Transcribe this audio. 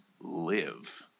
live